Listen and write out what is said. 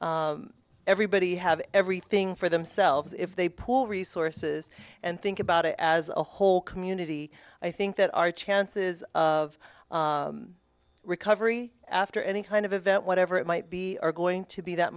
everybody have everything for themselves if they pool resources and think about it as a whole community i think that our chances of recovery after any kind of event whatever it might be are going to be that